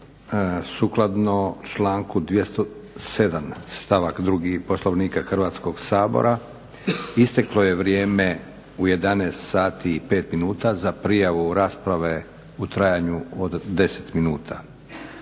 Sukladno članku 207. stavak 2. Poslovnika Hrvatskog sabora isteklo je vrijeme u 11,05 sati za prijavu rasprave u trajanju od 10 minuta.